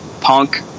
punk